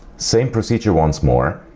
same procedure once more